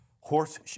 horse